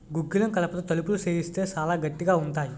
గుగ్గిలం కలపతో తలుపులు సేయిత్తే సాలా గట్టిగా ఉంతాయి